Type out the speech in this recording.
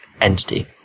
entity